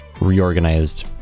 reorganized